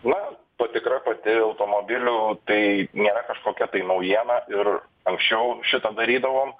na patikra pati automobilių tai nėra kažkokia tai naujiena ir anksčiau šitą darydavom